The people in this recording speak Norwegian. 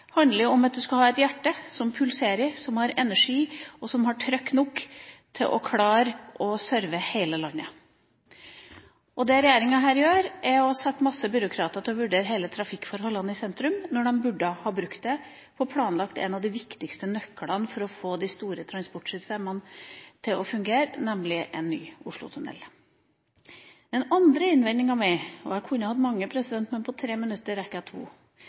handler om at du skal ha et hjerte som pulserer, som har energi, og som har trykk nok til å klare å serve hele landet. Det regjeringa her gjør, er å sette en masse byråkrater til å vurdere de samlede trafikkforholdene i sentrum, mens de burde ha brukt dem til å planlegge en av de viktigste nøklene for å få de store transportsystemene til å fungere, nemlig en ny Oslotunnel. Jeg kunne hatt mange innvendinger, men på 3 minutter rekker jeg to,